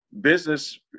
business